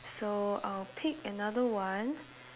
so I'll pick another one